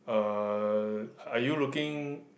uh are you looking